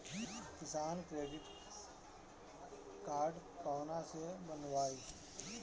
किसान credit card कहवा से बनवाई?